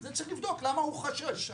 צריך לבדוק למה הוא חושש,